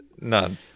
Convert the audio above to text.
None